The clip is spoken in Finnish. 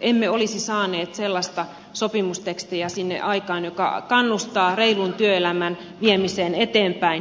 emme olisi saaneet sellaista sopimustekstiä sinne aikaan joka kannustaa reilun työelämän viemiseen eteenpäin